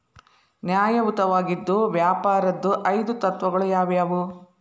ನ್ಯಾಯಯುತವಾಗಿದ್ ವ್ಯಾಪಾರದ್ ಐದು ತತ್ವಗಳು ಯಾವ್ಯಾವು?